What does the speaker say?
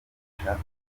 impanga